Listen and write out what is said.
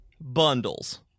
bundles